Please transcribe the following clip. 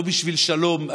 לא בשביל שלום,